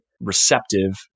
receptive